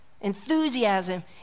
Enthusiasm